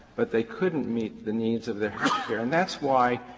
but they couldn't meet the needs of their healthcare and that's why,